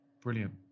Brilliant